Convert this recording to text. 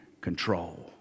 control